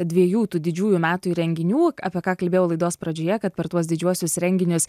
dviejų tų didžiųjų metų renginių apie ką kalbėjau laidos pradžioje kad per tuos didžiuosius renginius